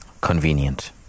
convenient